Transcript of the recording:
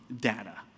data